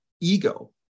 ego